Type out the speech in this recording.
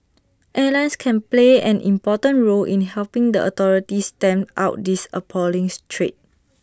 airlines can play an important role in helping the authorities stamp out this appalling trade